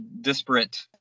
disparate